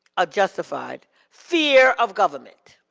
a justified fear of government.